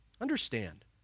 Understand